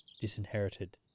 disinherited